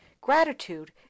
gratitude